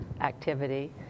activity